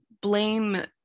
blame